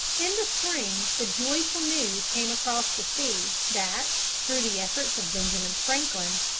in the spring the joyful news came across the sea that, through the efforts of benjamin franklin,